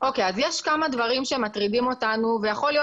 יש כמה דברים שמטרידים אותנו ויכול להיות